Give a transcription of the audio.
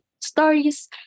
stories